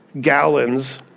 gallons